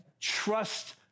trust